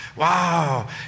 Wow